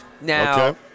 Now